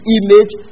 image